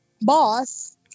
boss